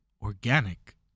organic